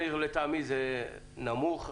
לטעמי תדירות הפיקוח היא נמוכה.